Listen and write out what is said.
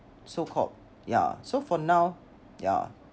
so called ya so for now ya